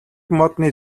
модны